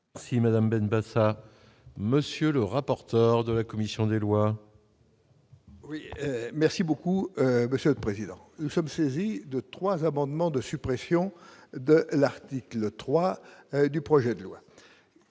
Si Madame Ben ça, monsieur le rapporteur de la commission des lois. Oui merci beaucoup monsieur le président, nous sommes saisis de 3 amendements de suppression de l'article 3 du projet de loi